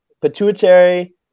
pituitary